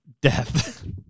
death